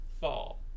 fall